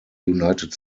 united